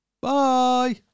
Bye